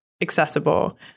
accessible